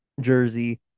jersey